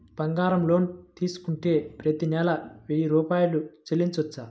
బంగారం లోన్ తీసుకుంటే ప్రతి నెల వెయ్యి రూపాయలు చెల్లించవచ్చా?